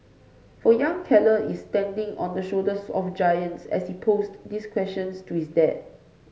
for young Keller is standing on the shoulders of giants as he posed these questions to his dad